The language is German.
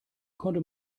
konnte